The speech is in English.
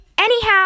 anyhow